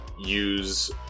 use